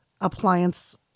appliance